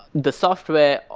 the software,